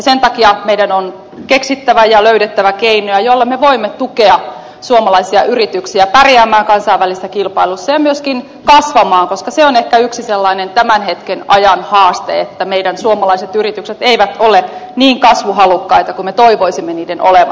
sen takia meidän on keksittävä ja löydettävä keinoja joilla me voimme tukea suomalaisia yrityksiä pärjäämään kansainvälisessä kilpailussa ja myöskin kasvamaan koska se on ehkä yksi sellainen tämän hetken ajan haaste että suomalaiset yritykset eivät ole niin kasvuhalukkaita kuin me toivoisimme niiden olevan